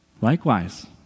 Likewise